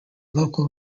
local